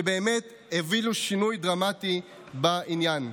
שבאמת הובילו שינוי דרמטי בעניין.